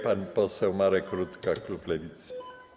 Pan poseł Marek Rutka, klub Lewicy.